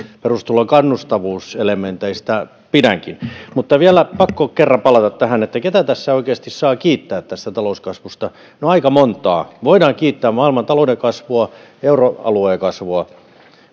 perustulon kannustavuuselementeistä pidänkin mutta pakko vielä kerran palata tähän että ketä oikeasti saa kiittää tästä talouskasvusta no aika monta voidaan kiittää maailmantalouden kasvua ja euroalueen kasvua